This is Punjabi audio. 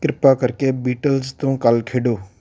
ਕਿਰਪਾ ਕਰਕੇ ਬੀਟਲਸ ਤੋਂ ਕੱਲ੍ਹ ਖੇਡੋ